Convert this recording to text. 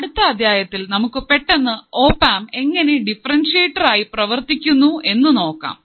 അടുത്ത അദ്ധ്യായത്തിൽ നമുക്ക് പെട്ടെന്ന് ഓപ്ആംപ് എങ്ങനെ ഡിഫറെൻഷ്യറ്റർ ആയി പ്രവർത്തിക്കുന്നു എന്ന് നോക്കാം